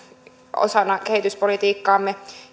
kehityspolitiikkaamme